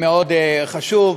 מאוד חשוב.